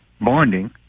bonding